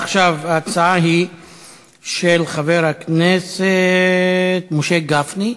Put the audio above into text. עכשיו ההצעה היא של חבר הכנסת משה גפני,